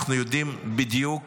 אנחנו יודעים בדיוק